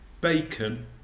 bacon